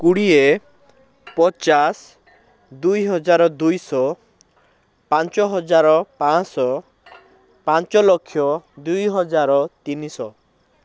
କୁଡ଼ିଏ ପଚାଶ ଦୁଇହଜାର ଦୁଇଶହ ପାଞ୍ଚହଜାର ପାଞ୍ଚଶହ ପାଞ୍ଚଲକ୍ଷ ଦୁଇହଜାର ତିନିଶହ